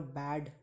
bad